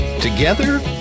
Together